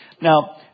Now